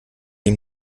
die